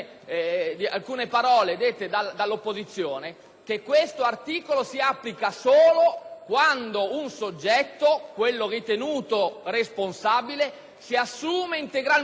quando un soggetto, quello ritenuto responsabile, assume integralmente l'obbligo della bonifica. A tale soggetto credo che dobbiamo prestare attenzione.